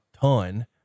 ton